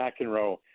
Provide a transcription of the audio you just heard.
McEnroe